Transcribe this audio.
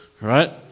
right